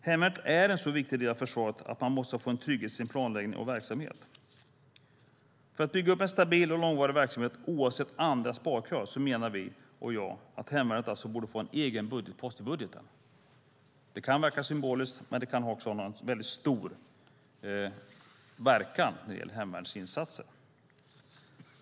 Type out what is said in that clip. Hemvärnet är en så pass viktig del av försvaret att man måste få trygghet i sin planläggning och verksamhet. För att bygga upp en stabil och långvarig verksamhet, oavsett andra sparkrav, menar jag att hemvärnet borde få en egen budgetpost. Det kan verka symboliskt, men det kan också ha stor inverkan på hemvärnets insatser.